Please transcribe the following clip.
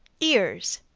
ears.